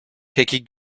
peki